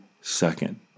second